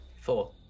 Four